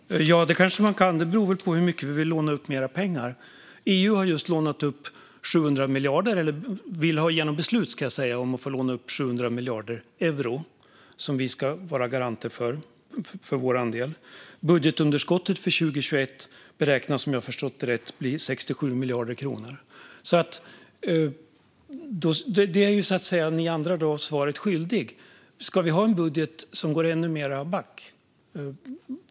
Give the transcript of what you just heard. Herr talman! Ja, det kanske man kan - det beror väl på hur mycket mer pengar vi vill låna upp. EU vill ha igenom beslut om att få låna upp 700 miljarder euro, och vi ska vara garanter för vår andel. Budgetunderskottet för 2021 beräknas, om jag förstått det rätt, bli 67 miljarder kronor. Så ni andra är svaret skyldiga. Ska vi ha en budget som går ännu mer back?